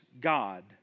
God